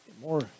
more